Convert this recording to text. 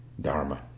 dharma